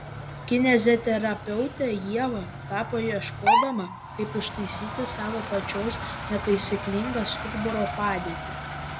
kineziterapeute ieva tapo ieškodama kaip ištaisyti savo pačios netaisyklingą stuburo padėtį